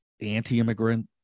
anti-immigrant